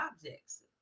objects